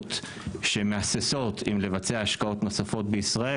קרנות שמהססות אם לבצע השקעות נוספות בישראל.